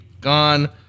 gone